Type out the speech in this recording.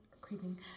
creeping